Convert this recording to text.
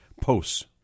posts